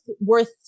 worth